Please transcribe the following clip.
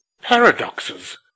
paradoxes